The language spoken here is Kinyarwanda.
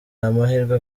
amahirwe